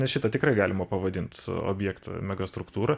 nes šitą tikrai galima pavadint objektą megastruktūra